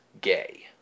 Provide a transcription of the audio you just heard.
gay